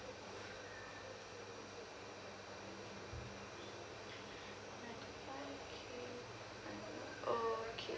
okay okay